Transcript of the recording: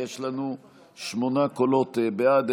יש לנו שמונה קולות בעד,